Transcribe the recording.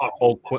old